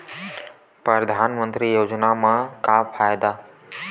परधानमंतरी योजना म का फायदा?